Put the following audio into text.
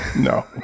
No